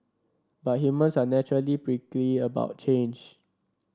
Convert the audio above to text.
but humans are naturally prickly about change